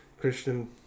Christian